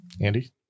Andy